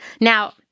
Now